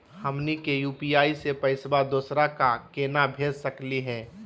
हमनी के यू.पी.आई स पैसवा दोसरा क केना भेज सकली हे?